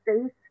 space